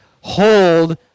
hold